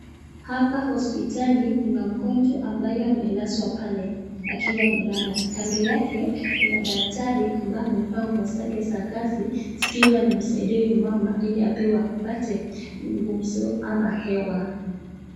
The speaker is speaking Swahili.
Hapa hospitali kuna mgonjwa ambaye amelazwa pale akiwa amelala. Kando yake kuna daktari ambaye amevaa nguo zake za kazi zikiwa anamsaidia huyu mama ili apate gumzo ama hewa.